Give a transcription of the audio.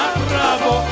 bravo